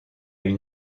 une